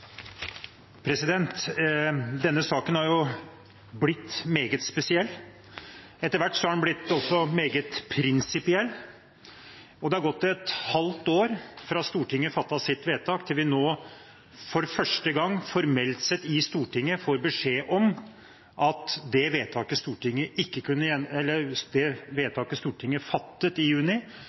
Denne saken har jo blitt meget spesiell, og etter hvert har den også blitt meget prinsipiell. Det har gått et halvt år fra Stortinget fattet sitt vedtak, til vi nå, for første gang, i Stortinget formelt får beskjed om at det vedtaket Stortinget fattet i juni, ikke